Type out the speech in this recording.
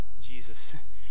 Jesus